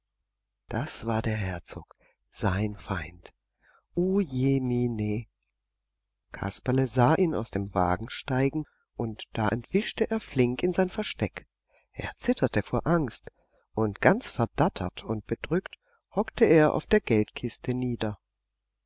das war der herzog sein feind o jemine kasperle sah ihn aus dem wagen steigen und da entwischte er flink in sein versteck er zitterte vor angst und ganz verdattert und bedrückt hockte er auf der geldkiste nieder